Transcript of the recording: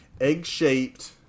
egg-shaped